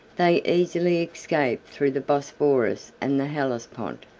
they easily escaped through the bosphorus and the hellespont,